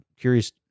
curious